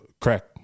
crack